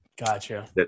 Gotcha